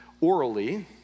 orally